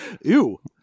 Ew